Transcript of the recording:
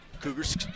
Cougars